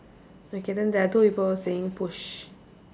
okay then there are two people saying push